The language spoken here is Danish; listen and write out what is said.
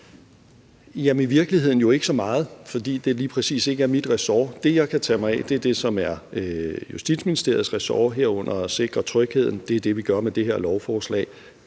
i virkeligheden er det jo ikke så meget, fordi det lige præcis ikke er mit ressort. Det, jeg kan tage mig af, er det, som er Justitsministeriets ressort, herunder at sikre trygheden, og det er det, vi gør med det her lovforslag.